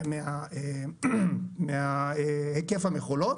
מהיקף המכולות.